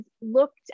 looked